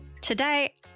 Today